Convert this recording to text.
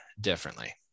differently